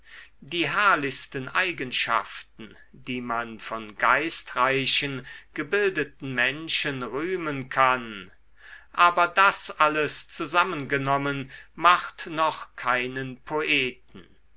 die herrlichsten eigenschaften die man von geistreichen gebildeten menschen rühmen kann aber das alles zusammengenommen macht noch keinen poeten